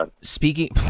Speaking